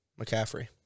McCaffrey